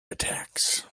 attacks